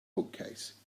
bookcase